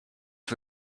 for